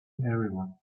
everyone